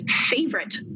favorite